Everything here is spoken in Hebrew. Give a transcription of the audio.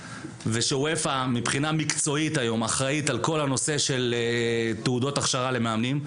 ושאופ"א מבחינה מקצועית אחראית היום על כל נושא תעודות הכשרה למאמנים.